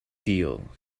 deal